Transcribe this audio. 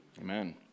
Amen